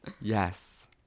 Yes